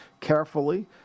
carefully